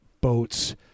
boats